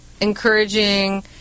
encouraging